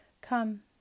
come